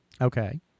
Okay